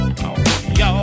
Y'all